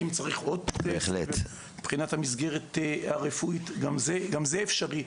אם צריך עוד מבחינת המסגרת הרפואית, גם זה אפשרי.